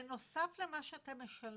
בנוסף למה שאתם משלמים,